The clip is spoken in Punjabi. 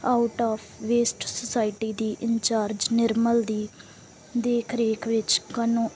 ਆਊਟ ਓਫ ਵੇਸਟ ਸੋਸਾਇਟੀ ਦੀ ਇੰਚਾਰਜ ਨਿਰਮਲ ਦੀ ਦੇਖ ਰੇਖ ਵਿੱਚ ਕਾਨੋ